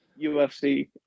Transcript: UFC